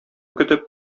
көтеп